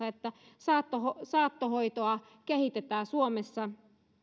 että saattohoitoa saattohoitoa kehitetään suomessa